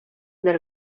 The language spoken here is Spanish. del